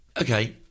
Okay